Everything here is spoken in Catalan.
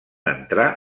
entrar